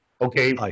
Okay